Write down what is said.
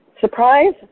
Surprise